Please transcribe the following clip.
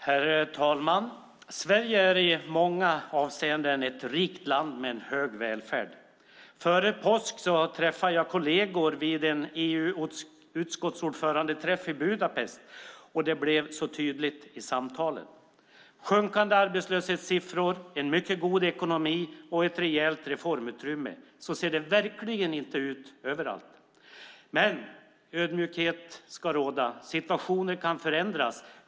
Herr talman! Sverige är i många avseenden ett rikt land med en hög välfärd. Före påsk träffade jag kolleger vid en EU-utskottsordförandeträff i Budapest, och det blir så tydligt i samtalen. Vi har sjunkande arbetslöshetssiffror, en mycket god ekonomi och ett rejält reformutrymme. Så ser det verkligen inte ut överallt. Men ödmjukhet ska råda. Situationen kan förändras.